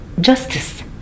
Justice